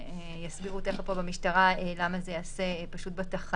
ופה תכף המשטרה תסביר למה זה ייעשה בתחנה.